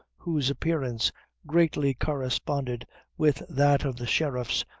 whose appearance greatly corresponded with that of the sheriffs,